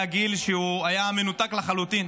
היה הגיל שהיה מנותק לחלוטין,